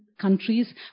countries